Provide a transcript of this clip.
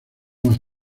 más